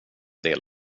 del